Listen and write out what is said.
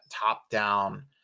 top-down